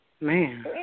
Man